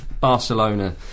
Barcelona